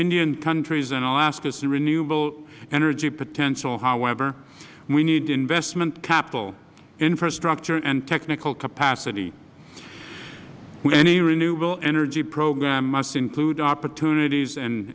indian country's and alaska's renewable energy potential however we need investment capital infrastructure and technical capacity any renewable energy program must include opportunities and